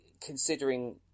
considering